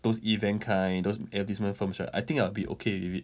those event kind those advertisement firms right I think I will be okay with it